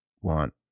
want